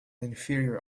inferior